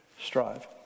strive